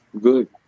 Good